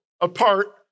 apart